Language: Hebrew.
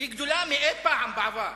היא גדולה מאי-פעם בעבר.